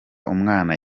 umwana